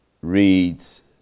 reads